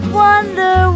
wonder